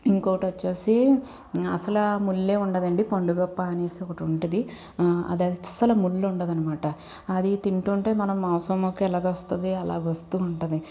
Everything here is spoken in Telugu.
ఇంకొకటి వచ్చేసి అస్సలు ముల్లే ఉండదండి పొండు దొప్ప అనేది ఒకటి ఉంటుంది అది అస్సలు ముళ్ళు ఉండదు అనమాట అది తింటుంటే మనం మాంసం ముక్క ఎలాగ వస్తుందో అలాగ వస్తూ ఉంటుంది